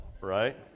right